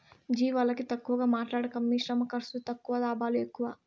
జీవాలని తక్కువగా మాట్లాడకమ్మీ శ్రమ ఖర్సు తక్కువ లాభాలు ఎక్కువ